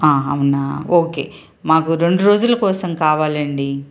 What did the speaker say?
అవునా ఓకే మాకు రెండు రోజుల కోసం కావాలండి